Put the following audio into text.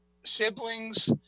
siblings